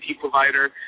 provider